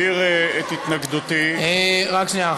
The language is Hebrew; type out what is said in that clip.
רק שנייה.